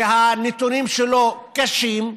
שהנתונים שלו קשים,